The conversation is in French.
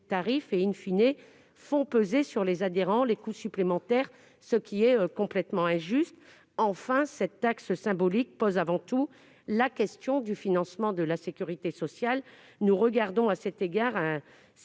tarifs, et fait peser sur les adhérents les coûts supplémentaires, ce qui est complètement injuste. Enfin, cette taxe symbolique pose avant tout la question du financement de la sécurité sociale. Nous gardons à cet égard un